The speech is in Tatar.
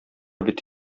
бит